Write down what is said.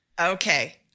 Okay